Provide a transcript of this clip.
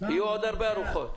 יהיו עוד הרבה ארוחות.